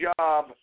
job